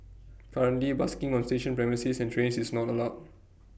currently busking on station premises and trains is not allowed